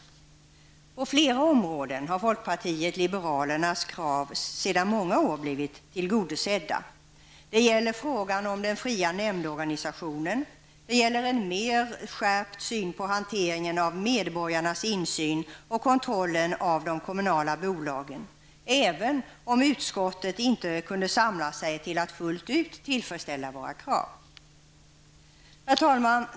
På flera områden har folkpartiet liberalernas krav sedan många år blivit tillgodosedda. Det gäller frågan om fri nämndorganisation, det gäller en mer skärpt syn på hanteringen av medborgarnas insyn och kontrollen av de kommunala bolagen -- även om utskottet inte kunde samla sig till att fullt ut tillfredsställa våra krav. Herr talman!